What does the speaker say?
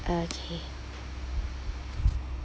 okay